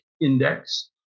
index